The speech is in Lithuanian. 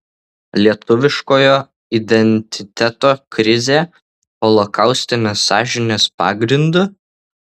lietuviškojo identiteto krizė holokaustinės sąžinės pagrindu